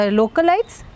localites